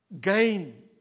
gain